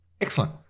Excellent